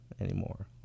Anymore